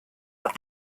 were